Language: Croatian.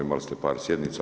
Imali ste par sjednica.